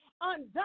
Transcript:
undone